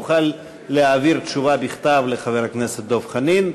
תוכל להעביר תשובה בכתב לחבר הכנסת דב חנין.